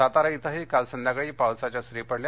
सातारा इथंही काल संध्याकाळी पावसाच्या सरी पडल्या